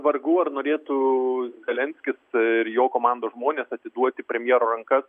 vargu ar norėtų zelenskis ir jo komandos žmonės atiduoti premjero rankas